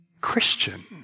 Christian